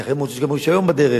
ייתכן מאוד שיש גם רשיון בדרך.